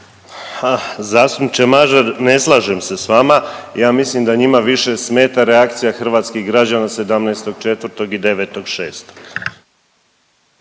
Zastupniče Mažar ne slažem se s vama, ja mislim da njima više smeta reakcija hrvatskih građana 17.04. i 09.06.